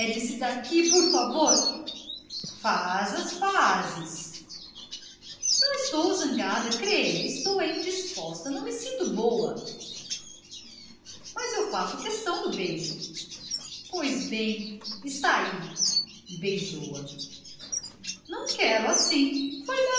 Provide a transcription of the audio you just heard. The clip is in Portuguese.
daí por favor faz as pazes não estou zangada creia estou é indisposta não me sinto boa mas eu faço questão do beijo pois bem está ai e beijou-a não quero assim foi